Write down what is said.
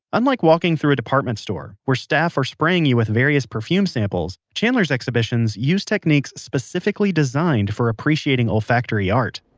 unlike walking through a department store, where staff are spraying you with various perfume samples, chandler's exhibitions use techniques specifically designed for appreciating olfactory art